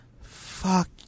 fuck